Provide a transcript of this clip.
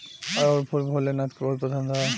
अढ़ऊल फूल भोले नाथ के बहुत पसंद ह